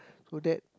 who that